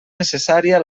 necessària